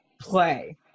play